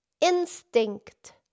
instinct